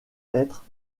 être